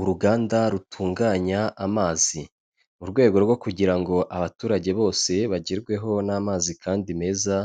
Uruganda rutunganya amazi, mu rwego rwo kugira ngo abaturage bose bagerweho n'amazi kandi meza,